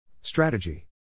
Strategy